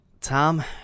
Tom